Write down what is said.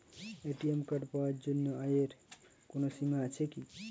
ATM card পাওয়ার জন্য আয়ের কোনো সীমা আছে কি?